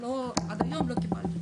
עד היום לא קיבלתי.